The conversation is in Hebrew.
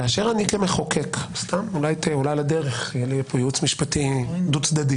כאשר אני כמחוקק סתם אולי על הדרך יהיה לי פה ייעוץ משפטי דו צדדי